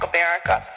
America